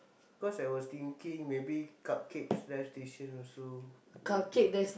cause I was thinking maybe cupcakes live station also would do